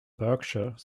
berkshire